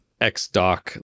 xdoc